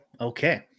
okay